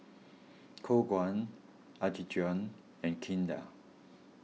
Khong Guan Apgujeong and Kinder